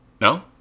No